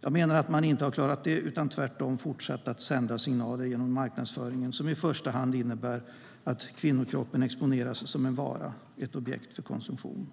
Jag menar att man inte har klarat det utan tvärtom fortsatt att sända signaler genom marknadsföringen som i första hand innebär att kvinnokroppen exponeras som en vara, ett objekt för konsumtion.